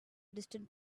distant